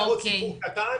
ב"שבעה"